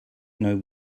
know